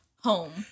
home